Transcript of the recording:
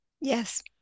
Yes